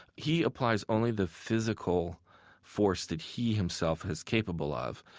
he applies only the physical force that he himself is capable of.